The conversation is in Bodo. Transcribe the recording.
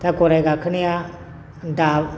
दा गराइ गाखोनाया दा